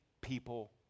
people